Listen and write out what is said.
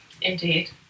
Indeed